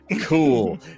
Cool